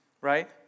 right